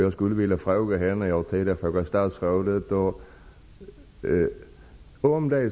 Jag skulle vilja fråga Margitta Edgren något som jag tidigare frågat statsrådet.